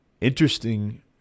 interesting